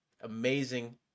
amazing